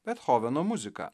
bethoveno muziką